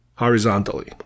Horizontally